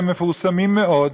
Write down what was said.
הם מפורסמים מאוד,